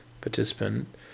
participant